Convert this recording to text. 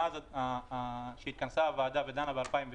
מאז שהתכנסה הוועדה ודנה ב-2006,